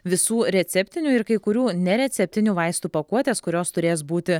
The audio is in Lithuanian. visų receptinių ir kai kurių nereceptinių vaistų pakuotės kurios turės būti